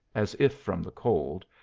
as if from the cold,